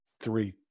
Three